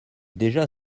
déjà